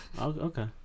okay